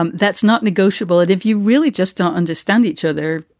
um that's not negotiable. and if you really just don't understand each other,